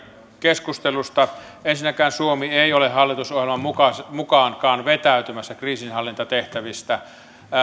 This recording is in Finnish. keskustelusta ensinnäkään suomi ei ole hallitusohjelman mukaankaan vetäytymässä kriisinhallintatehtävistä